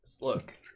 Look